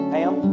Pam